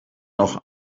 noch